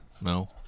No